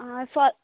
आं